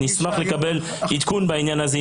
נשמח לקבל עדכון בעניין הזה,